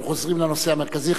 אנחנו חוזרים לנושא המרכזי.